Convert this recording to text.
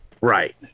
Right